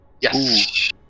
Yes